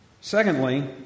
Secondly